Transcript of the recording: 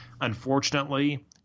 unfortunately